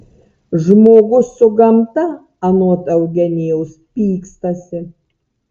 žmogus su gamta anot eugenijaus pykstasi